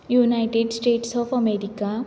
United States of America